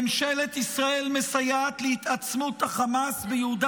ממשלת ישראל מסייעת להתעצמות החמאס ביהודה